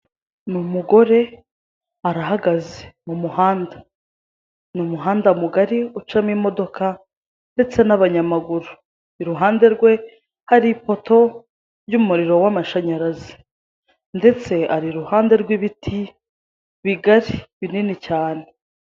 Umugore arahagaze mu muhanda ,ni umuhanda mugari ucamo imodoka ndetse n'abanyamaguru, iruhande rwe hari ipoto y'umuriro w'amashanyarazi ndetse ari iruhande rw'ibiti bigari ndetse binini cyane.